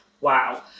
Wow